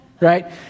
Right